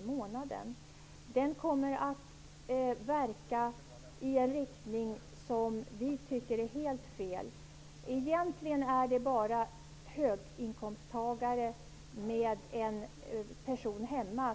i månaden kommer att verka i en riktning som vi tycker är helt fel. Egentligen är det bara höginkomsttagare där den ena